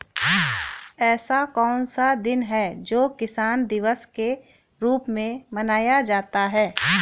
ऐसा कौन सा दिन है जो किसान दिवस के रूप में मनाया जाता है?